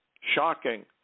shocking